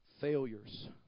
failures